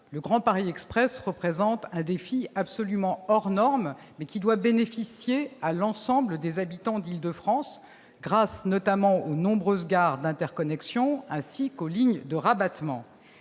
Le Grand Paris Express représente un défi absolument hors normes, mais qui doit bénéficier à l'ensemble des habitants d'Île-de-France, grâce notamment aux nombreuses gares d'interconnexion, ainsi qu'aux lignes de rabattement.